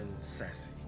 sassy